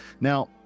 now